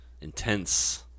intense